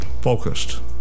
focused